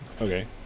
Okay